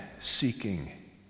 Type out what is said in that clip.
seeking